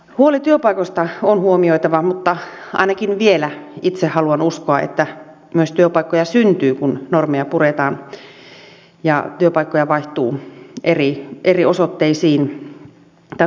huoli työpaikoista on huomioitava mutta ainakin vielä itse haluan uskoa että työpaikkoja myös syntyy kun normeja puretaan ja työpaikkoja vaihtuu eri osoitteisiin tai toimipisteisiin